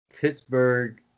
Pittsburgh